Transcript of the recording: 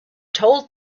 told